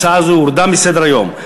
ההצעה הזאת הורדה מסדר-היום.